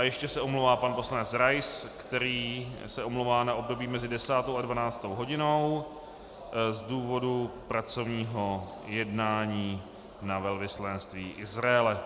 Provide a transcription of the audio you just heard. Ještě se omlouvá pan poslanec Rais, který se omlouvá na období mezi 10. a 12. hodinou z důvodu pracovního jednání na velvyslanectví Izraele.